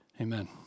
Amen